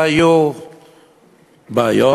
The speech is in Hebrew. והיו בעיות,